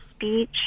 Speech